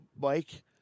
Mike